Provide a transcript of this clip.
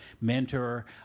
mentor